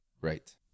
right